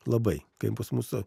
labai kai pas mūsų